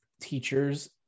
teachers